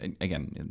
again